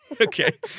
Okay